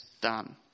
done